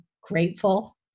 grateful